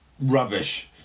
rubbish